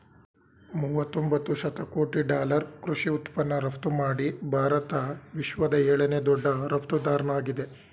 ಮೂವತೊಂಬತ್ತು ಶತಕೋಟಿ ಡಾಲರ್ ಕೃಷಿ ಉತ್ಪನ್ನ ರಫ್ತುಮಾಡಿ ಭಾರತ ವಿಶ್ವದ ಏಳನೇ ದೊಡ್ಡ ರಫ್ತುದಾರ್ನಾಗಿದೆ